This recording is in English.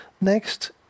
Next